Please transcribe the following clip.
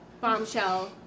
bombshell